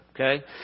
okay